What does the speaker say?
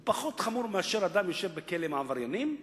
הוא פחות חמור מאשר כשאדם יושב בכלא עם העבריינים,